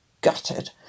gutted